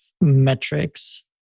metrics